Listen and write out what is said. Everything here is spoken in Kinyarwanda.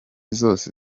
zose